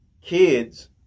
kids